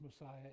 Messiah